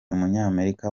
umunyamerika